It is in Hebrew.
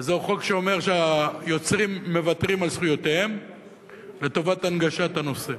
וזהו חוק שאומר שהיוצרים מוותרים על זכויותיהם לטובת הנגשת הנושא.